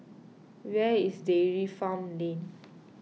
where is Dairy Farm Lane